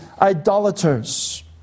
idolaters